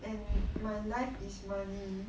and my life is money